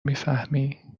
میفهمی